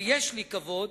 ויש לי כבוד,